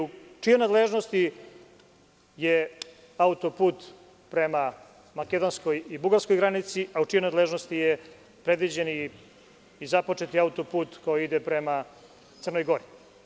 U čijoj nadležnosti je auto-put prema makedonskoj i bugarskoj granici, a u čijoj nadležnosti je predviđen i započeti auto-put koji ide prema Crnoj Gori?